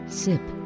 sip